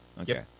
Okay